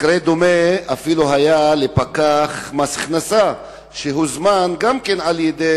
מקרה דומה היה לפקח מס הכנסה שהוזמן על-ידי